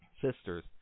Sisters